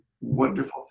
wonderful